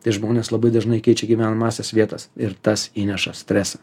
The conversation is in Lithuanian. tai žmonės labai dažnai keičia gyvenamąsias vietas ir tas įneša stresą